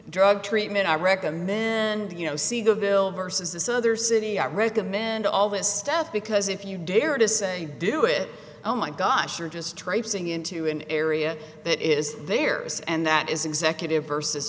drug treatment i recommend you know see the vill versus this other city i recommend all this stuff because if you dare to say do it oh my gosh you're just traipsing into an area that is there is and that is executive versus